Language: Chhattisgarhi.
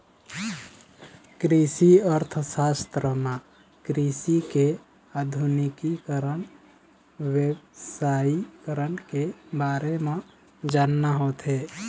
कृषि अर्थसास्त्र म कृषि के आधुनिकीकरन, बेवसायिकरन के बारे म जानना होथे